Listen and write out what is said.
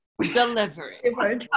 Delivery